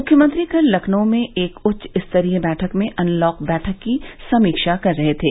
मुख्यमंत्री कल लखनऊ में एक उच्चस्तरीय बैठक में अनलॉक बैठक की समीक्षा कर रहे थे